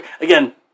Again